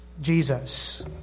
Jesus